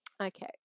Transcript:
Okay